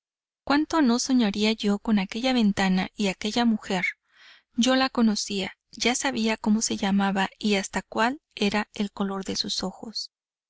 cuánto no soñaría yo con aquella ventana y aquella mujer yo la conocía ya sabía cómo se llamaba y hasta cuál era el color de sus ojos